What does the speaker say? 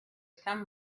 some